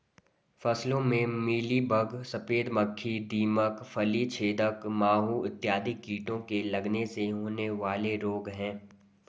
फसलों में मिलीबग, सफेद मक्खी, दीमक, फली छेदक माहू इत्यादि कीटों के लगने से होने वाले रोग हैं